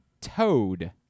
Toad